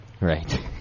Right